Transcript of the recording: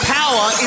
power